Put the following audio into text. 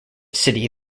city